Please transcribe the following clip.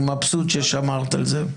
אני מבסוט ששמרת על זה.